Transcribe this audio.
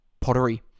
pottery